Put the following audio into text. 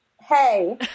Hey